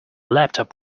laptop